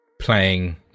playing